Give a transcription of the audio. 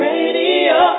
Radio